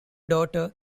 daughter